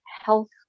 health